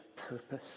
purpose